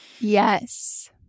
Yes